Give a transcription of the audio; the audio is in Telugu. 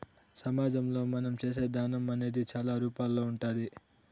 సమాజంలో మనం చేసే దానం అనేది చాలా రూపాల్లో ఉంటాది